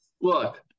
Look